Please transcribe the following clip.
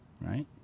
Right